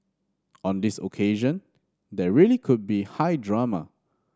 on this occasion there really could be high drama